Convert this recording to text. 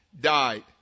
died